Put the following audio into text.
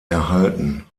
erhalten